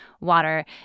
water